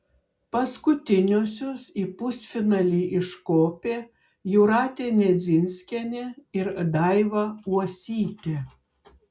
paskutiniosios į pusfinalį iškopė jūratė nedzinskienė ir daiva uosytė